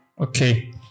Okay